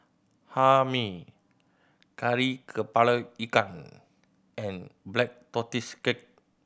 Hae Mee Kari Kepala Ikan and Black Tortoise Cake